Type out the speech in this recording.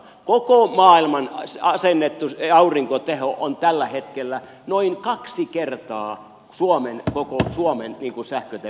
koko maailman asennettu aurinkoteho on tällä hetkellä noin kaksi kertaa koko suomen sähköteho